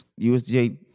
USDA